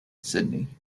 sydney